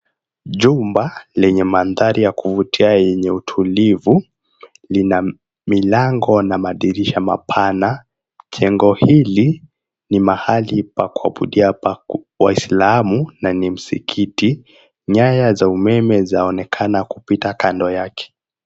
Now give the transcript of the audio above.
Jumba lenye madhari ya kuvutia yenye utulivu lina milango na madirisha mapana. Jengo hili ni mahali pa kuabudia pa Waislamu na ni msikiti. Nyaya za umeme zaonekana kupita kando yake.